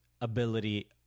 ability